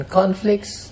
conflicts